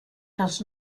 das